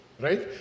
right